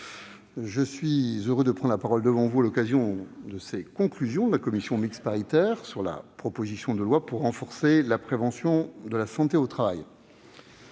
je suis heureux de prendre la parole devant vous à l'occasion de l'examen des conclusions de la commission mixte paritaire sur la proposition de loi pour renforcer la prévention en santé au travail.